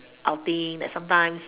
outing like sometimes